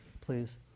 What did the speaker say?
please